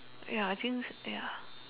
ya I think ya